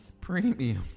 premium